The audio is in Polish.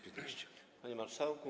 Panie Marszałku!